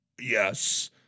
Yes